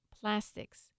plastics